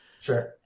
Sure